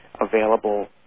available